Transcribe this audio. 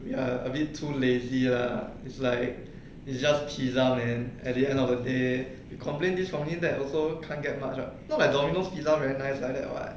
err a bit too lazy lah it's like it's just pizza man at the end of the day we complain this complain that also can't get much [what] not like domino's Pizza very nice like that [what]